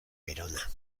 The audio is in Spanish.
verona